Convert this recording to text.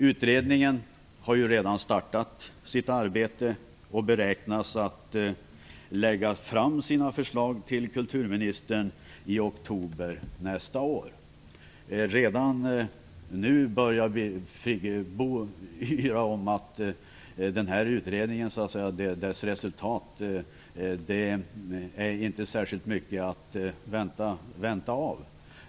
Utredningen har ju redan påbörjat sitt arbete och beräknas lägga fram sina förslag till kulturministern i oktober nästa år. Redan nu börjar Birgit Friggebo yra om att man inte skall ha så stora förväntningar på utredningens resultat.